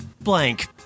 blank